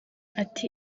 ati